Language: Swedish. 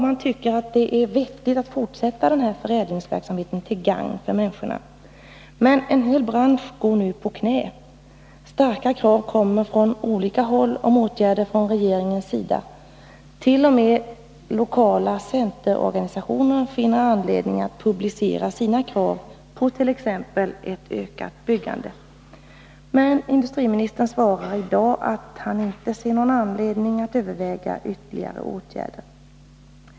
Man tycker att det är vettigt att fortsätta med denna förädlingsverksamhet, till gagn för människorna. Men en hel bransch går nu på knä. Starka krav reses från olika håll om åtgärder från regeringens sida. T. o. m. lokala centerorganisationer finner anledning att publicera sina krav på t.ex. ett ökat byggande. Industriministern svarar i dag emellertid att han inte ser någon anledning att överväga ytterligare åtgärder.